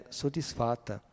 soddisfatta